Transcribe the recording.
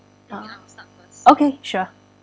ah okay sure